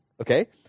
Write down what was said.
okay